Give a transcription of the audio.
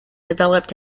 developed